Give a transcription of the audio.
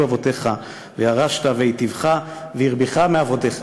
אבותיך וירשתהּ והיטִבך והרבך מאבֹתיך".